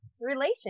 relation